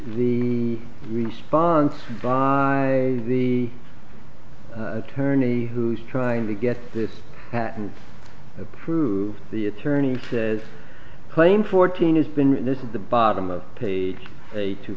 the response by the attorney who's trying to get this approved the attorney says claim fourteen has been this at the bottom of page two